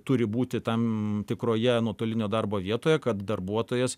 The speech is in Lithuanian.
turi būti tam tikroje nuotolinio darbo vietoje kad darbuotojas